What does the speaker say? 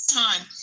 time